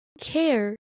care